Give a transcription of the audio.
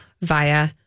via